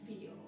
feel